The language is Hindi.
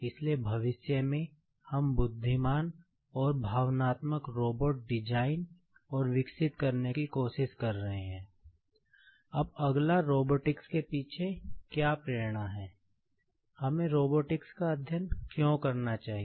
अब अगला रोबोटिक्स का अध्ययन क्यों करना चाहिए